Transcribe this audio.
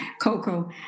Coco